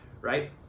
right